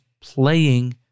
playing